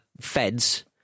feds